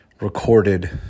recorded